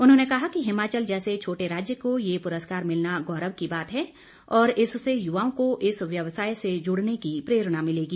उन्होंने कहा कि हिमाचल जैसे छोटे राज्य को ये पुरस्कार मिलना गौरव की बात है और इससे युवाओं को इस व्यवसाय से जुड़ने की प्रेरणा मिलेगी